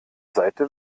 seite